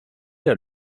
der